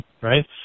right